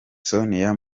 sonia